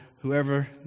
whoever